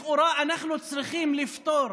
לכאורה, אנחנו צריכים לפתור